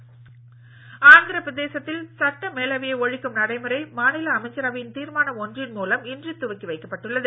ஆந்திரா ஆந்திர பிரதேசத்தில் சட்ட மேலவையை ஒழிக்கும் நடைமுறை மாநில அமைச்சரவையின் தீர்மானம் ஒன்றின் மூலம் இன்று துவக்கி வைக்கப்பட்டுள்ளது